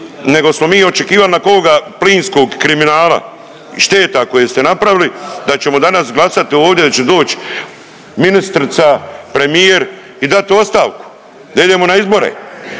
nego smo mi očekivali nakon ovoga plinskog kriminala i šteta koje ste napravili da ćemo danas glasat ovdje da će doć ministrica, premijer i dati ostavku da idemo na izbore,